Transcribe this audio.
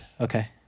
Okay